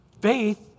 Faith